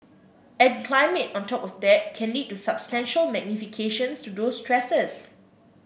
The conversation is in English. and climate on top of that can lead to substantial magnifications to those stresses